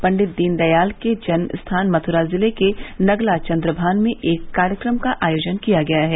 पण्डित दीनदयाल के जन्म स्थान मथ्रा जिले के नगला चन्द्रभान में एक कार्यक्रम का आयोजन किया गया है